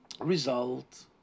result